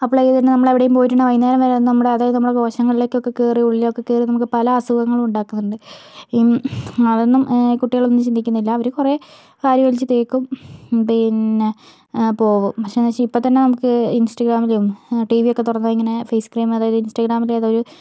apply ചെയ്ത് നമ്മളെവിടെയെങ്കിലും പോയിട്ടുണ്ടെങ്കിൽ വൈകുന്നേരം വരെ നമ്മുടെ അതായത് നമ്മുടെ കോശങ്ങളിലേക്കൊക്കെ കയറി ഉള്ളിലൊക്കെ കയറി നമുക്ക് പല അസുഖങ്ങളും ഉണ്ടാക്കുന്നുണ്ട് അതൊന്നും കുട്ടികളൊന്നും ചിന്തിക്കുന്നില്ല അവർ കുറേ വാരിവലിച്ചുതേക്കും പിന്നെ അപ്പോൾ പ്രശ്നമെന്നുവെച്ചാൽ ഇപ്പോൾത്തന്നെ നമുക്ക് ഇൻസ്റ്റാഗ്രാമിലെയും ടീ വിയൊക്കെ തുറന്നുകഴിഞ്ഞിനെൽ ഫേസ് ക്രീം അതായത് ഇൻസ്റ്റാഗ്രാമിലേതോ ഒരു